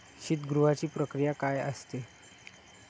शीतगृहाची प्रक्रिया काय असते?